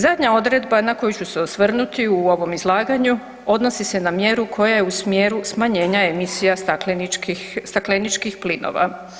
Zadnja odredba na koju ću se osvrnuti u ovom izlaganju odnosi se na mjeru koja je u smjeru smanjenja emisija stakleničkih plinova.